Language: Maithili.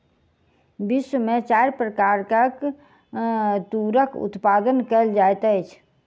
विश्व में चारि प्रकार के तूरक उत्पादन कयल जाइत अछि